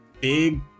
big